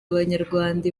abanyarwanda